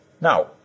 Now